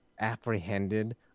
apprehended